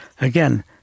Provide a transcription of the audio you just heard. again